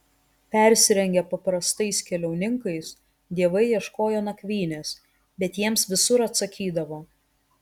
persirengę paprastais keliauninkais dievai ieškojo nakvynės bet jiems visur atsakydavo